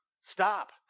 Stop